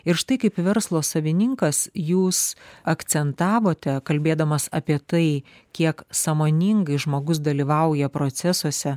ir štai kaip verslo savininkas jūs akcentavote kalbėdamas apie tai kiek sąmoningai žmogus dalyvauja procesuose